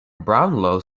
brownlow